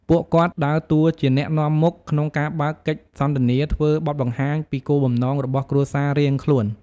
ពួកគាត់ដើរតួជា អ្នកនាំមុខ ក្នុងការបើកកិច្ចសន្ទនា ធ្វើបទបង្ហាញពីគោលបំណងរបស់គ្រួសាររៀងខ្លួន។